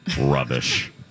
rubbish